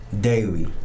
Daily